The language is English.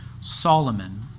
Solomon